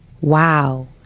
Wow